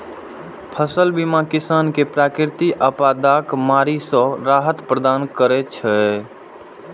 फसल बीमा किसान कें प्राकृतिक आपादाक मारि सं राहत प्रदान करै छै